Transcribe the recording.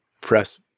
press